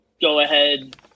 go-ahead